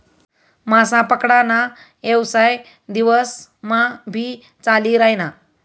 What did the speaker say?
मासा पकडा ना येवसाय दिवस मा भी चाली रायना